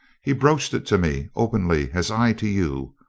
he broached it to me openly as i to you.